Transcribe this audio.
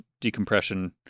decompression